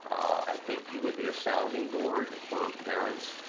i think you would be a sounding board for parents.